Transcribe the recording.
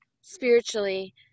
spiritually